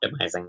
optimizing